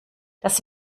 das